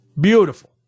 Beautiful